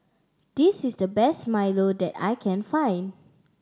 this is the best milo that I can find